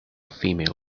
female